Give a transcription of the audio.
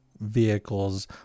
vehicles